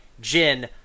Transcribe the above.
Jin